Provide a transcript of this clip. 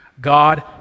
God